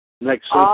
next